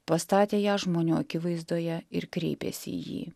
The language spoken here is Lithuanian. pastatė ją žmonių akivaizdoje ir kreipėsi į jį